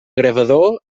gravador